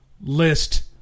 list